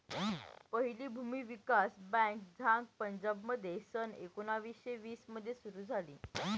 पहिली भूमी विकास बँक झांग पंजाबमध्ये सन एकोणीसशे वीस मध्ये सुरू झाली